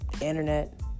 internet